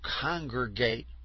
congregate